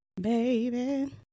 Baby